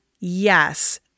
Yes